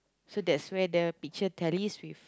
so that's where the picture tallies with